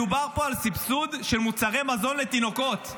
מדובר פה על סבסוד של מוצרי מזון לתינוקות,